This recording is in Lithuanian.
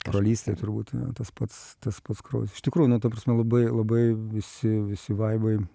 brolystė turbūt tas pats tas pats kraujas iš tikrųjų nu ta prasme labai labai visi visi vaibai